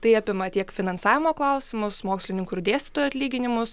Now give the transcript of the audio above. tai apima tiek finansavimo klausimus mokslininkų ir dėstytojų atlyginimus